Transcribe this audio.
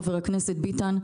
חבר הכנסת ביטן,